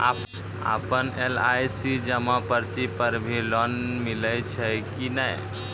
आपन एल.आई.सी जमा पर्ची पर भी लोन मिलै छै कि नै?